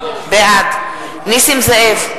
בעד נסים זאב,